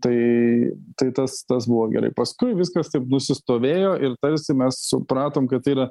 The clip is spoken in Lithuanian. tai tai tas tas buvo gerai paskui viskas taip nusistovėjo ir tarsi mes supratom kad tai yra